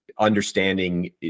understanding